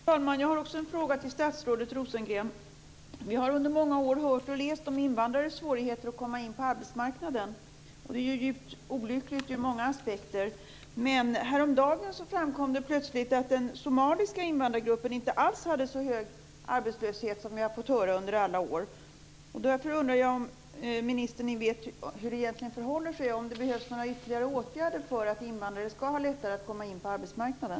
Fru talman! Jag har också en fråga till statsrådet Rosengren. Vi har under många år hört och läst om invandrares svårigheter att komma in på arbetsmarknaden, och det är djupt olyckligt ur många aspekter. Men häromdagen framkom det plötsligt att arbetslösheten inom den somaliska invandrargruppen inte alls är så hög som vi har fått höra under alla år. Därför undrar jag om ministern vet hur det egentligen förhåller sig och om det behövs några ytterligare åtgärder för att invandrare ska ha lättare att komma in på arbetsmarknaden.